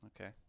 Okay